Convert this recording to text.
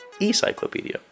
Encyclopedia